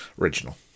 original